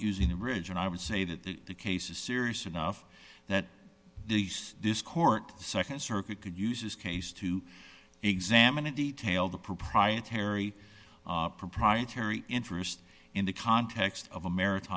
using the bridge and i would say that the case is serious enough that these this court nd circuit could use this case to examine in detail the proprietary proprietary interest in the context of a mari